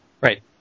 Right